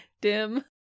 dim